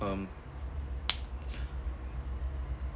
um